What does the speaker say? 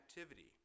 activity